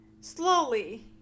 slowly